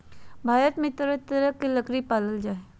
भारत में तरह तरह के लकरी पाल जा हइ